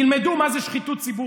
תלמדו מה זה שחיתות ציבורית.